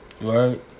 right